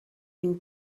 une